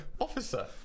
officer